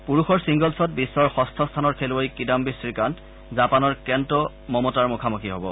পুৰুষৰ ছিংগলছত বিশ্বৰ ষষ্ঠ স্থানৰ খেলুৱৈ কিদাম্নি শ্ৰীকান্ত জাপানৰ কেণ্টো মোমোটাৰ মুখামুখি হ'ব